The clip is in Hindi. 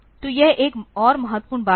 तो यह एक और महत्वपूर्ण बात है